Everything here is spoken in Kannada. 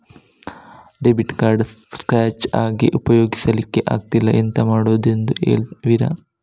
ಡೆಬಿಟ್ ಕಾರ್ಡ್ ಸ್ಕ್ರಾಚ್ ಆಗಿ ಉಪಯೋಗಿಸಲ್ಲಿಕ್ಕೆ ಆಗ್ತಿಲ್ಲ, ಎಂತ ಮಾಡುದೆಂದು ಹೇಳುವಿರಾ?